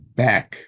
back